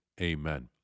Amen